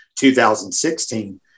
2016